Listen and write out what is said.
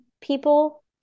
people